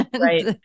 Right